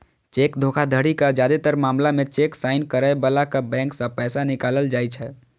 cheque धोखाधड़ीक जादेतर मामला मे चेक साइन करै बलाक बैंक सं पैसा निकालल जाइ छै